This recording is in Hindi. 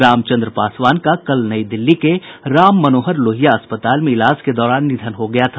रामचंद्र पासवान का कल नई दिल्ली के राम मनोहर लोहिया अस्पताल में इलाज के दौरान निधन हो गया था